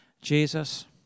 jesus